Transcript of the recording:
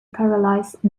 paralysed